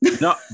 No